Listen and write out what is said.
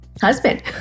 husband